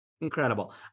Incredible